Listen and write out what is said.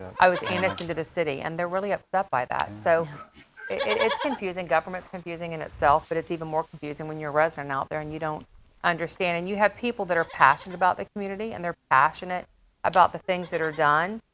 i was annexed into the city. and they're really ah upset by that. so it's confusing. government's confusing in itself. but it's even more confusing when you're a resident out there and you don't understand. and you have people that are passionate about the community, and they're passionate about the things that are done.